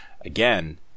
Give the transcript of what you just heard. again